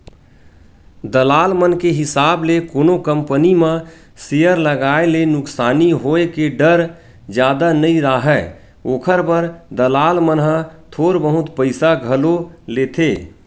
दलाल मन के हिसाब ले कोनो कंपनी म सेयर लगाए ले नुकसानी होय के डर जादा नइ राहय, ओखर बर दलाल मन ह थोर बहुत पइसा घलो लेथें